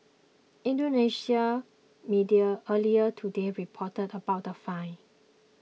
Indonesian media earlier today reported about the fine